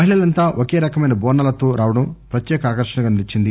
మహిళలంతా ఒకే రకమైన బోనాలతో రావడం ప్రత్యేక ఆకర్షణగా నిలచింది